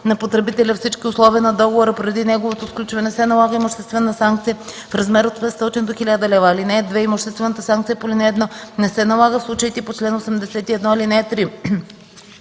на потребителя всички условия на договора преди неговото сключване, се налага имуществена санкция в размер от 500 до 1000 лв. (2) Имуществената санкция по ал. 1 не се налага в случаите по чл. 81, ал. 3.”